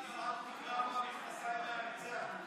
נקרעו לו המכנסיים מהריצה.